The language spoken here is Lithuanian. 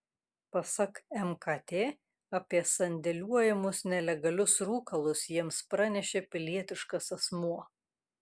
pasak mkt apie sandėliuojamus nelegalius rūkalus jiems pranešė pilietiškas asmuo